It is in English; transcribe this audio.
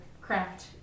craft